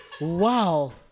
Wow